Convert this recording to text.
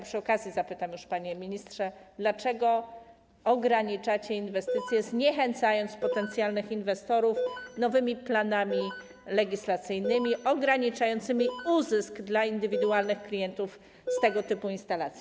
Przy okazji zapytam już, panie ministrze, dlaczego ograniczacie inwestycje, zniechęcając potencjalnych inwestorów nowymi planami legislacyjnymi ograniczającymi uzysk dla indywidualnych klientów z tego typu instalacji.